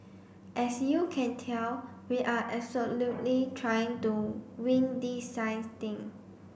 as you can tell we are absolutely trying to wing this science thing